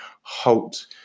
halt